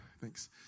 Thanks